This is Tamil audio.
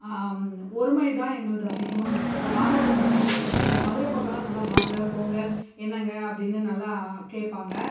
ஒருமை தான் எங்களது அதிகமாக யூஸ் பண்றோம் வாங்கள் போங்கலா யூஸ் பண்ணுறது கிடையாது மதுரை பக்கம்மெல்லாம் நல்லா வாங்கள் போங்க என்னங்கள் அப்படின்னு நல்லா கேட்பாங்க